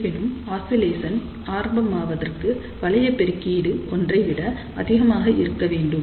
இருப்பினும் ஆசிலேசன் ஆரம்பமாவதற்கு வளையப் பெருக்கீடு ஒன்றைவிட அதிகமாக இருக்க வேண்டும்